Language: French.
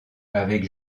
avec